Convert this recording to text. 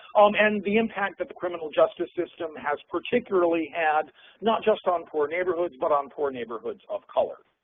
um and the impact that the criminal justice system has particularly had not just on poor neighborhoods but on poor neighborhoods of color.